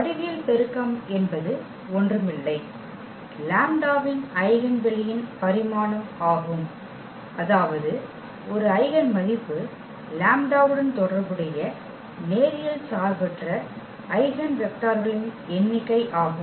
வடிவியல் பெருக்கம் என்பது ஒன்றுமில்லை லாம்ப்டாவின் ஐகென் வெளியின் பரிமாணம் ஆகும் அதாவது ஒரு ஐகென் மதிப்பு லாம்ப்டாவுடன் தொடர்புடைய நேரியல் சார்பற்ற ஐகென் வெக்டர்களின் எண்ணிக்கை ஆகும்